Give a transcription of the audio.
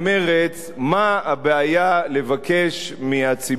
מה הבעיה לבקש מהציבור הערבי,